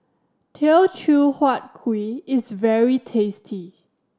Teochew Huat Kuih is very tasty